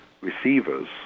receivers